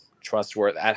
trustworthy